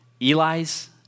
Eli's